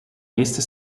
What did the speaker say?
meeste